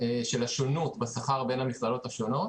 של השונות בשכר בין המכללות השונות.